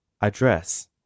Address